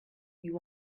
you